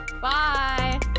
Bye